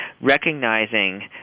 recognizing